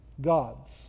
gods